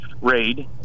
raid